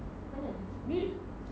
ini